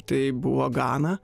tai buvo gana